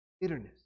Bitterness